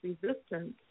resistance